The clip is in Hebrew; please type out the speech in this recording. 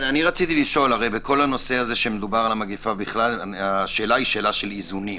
בכל הנושא של המגפה השאלה היא של איזונים,